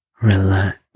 relax